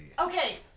okay